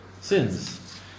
sins